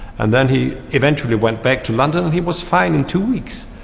and then he eventually went back to london and he was fine in two weeks.